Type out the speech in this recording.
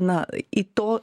na į to